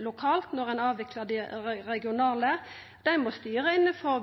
lokalt, når ein avviklar dei regionale. Dei må